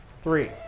Three